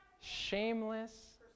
shameless